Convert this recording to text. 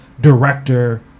director